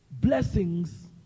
blessings